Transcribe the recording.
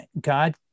God